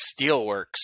Steelworks